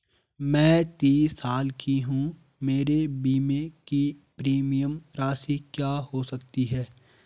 मैं तीस साल की हूँ मेरे बीमे की प्रीमियम राशि क्या हो सकती है?